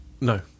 No